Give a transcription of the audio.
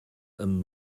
and